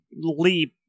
leap